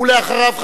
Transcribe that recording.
ואחריו,